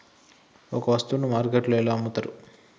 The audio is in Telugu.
ఒక వస్తువును మార్కెట్లో ఎలా అమ్ముతరు?